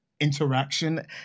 interaction